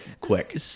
quick